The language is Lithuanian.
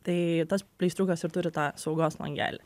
tai tas pleistriukas ir turi tą saugos langelį